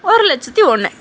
ஒரு லட்சத்தி ஒன்று